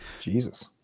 Jesus